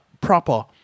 proper